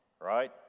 right